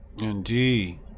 Indeed